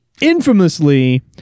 infamously